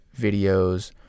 videos